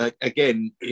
Again